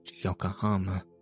Yokohama